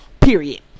period